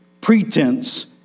pretense